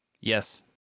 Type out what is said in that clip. Yes